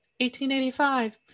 1885